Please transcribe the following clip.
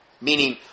Meaning